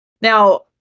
Now